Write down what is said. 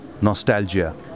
nostalgia